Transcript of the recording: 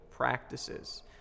practices